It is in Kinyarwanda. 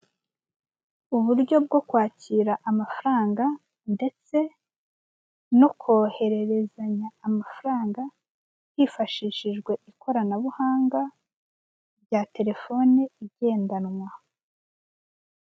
Uburyo bwo kwakira amafaranga, ndetse no kohererezanya amagaranga hifashishijwe ikoranabuhanga rya telefone igendanwa.